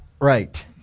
right